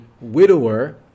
widower